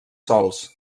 sols